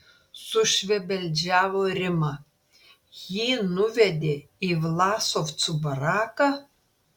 sušvebeldžiavo rima jį nuvedė į vlasovcų baraką